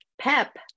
pep